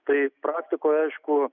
tai praktikoj aišku